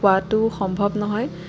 পোৱাটো সম্ভৱ নহয়